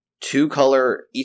two-color